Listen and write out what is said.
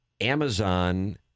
Amazon